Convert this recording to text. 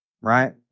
right